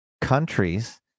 countries